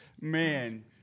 Man